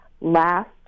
last